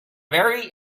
very